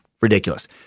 ridiculous